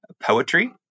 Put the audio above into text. poetry